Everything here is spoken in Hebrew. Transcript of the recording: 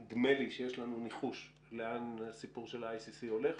נדמה לי שיש לנו ניחוש לאן הסיפור של ה-ICC הולך,